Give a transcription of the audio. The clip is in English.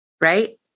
right